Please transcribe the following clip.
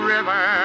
River